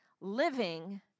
living